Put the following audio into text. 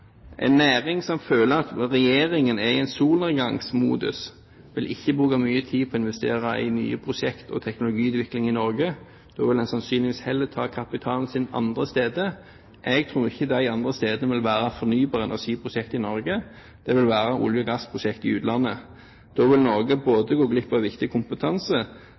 En næring som føler at regjeringen er i en solnedgangsmodus vil ikke bruke mye tid på å investere i nye prosjekter og teknologiutvikling i Norge. Da vil de sannsynligvis heller ta kapitalen sin andre steder. Jeg tror ikke de andre stedene vil være fornybar energi-prosjekter i Norge, det vil være olje- og gassprosjekter i utlandet. Da vil Norge gå glipp av viktig kompetanse,